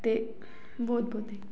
ते बहुत बहुत थेक्यू